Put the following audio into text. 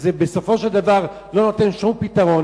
שזה בסופו של דבר לא נותן שום פתרון.